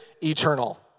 eternal